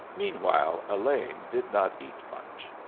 meanwhile, elaine did not eat much.